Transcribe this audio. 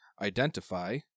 identify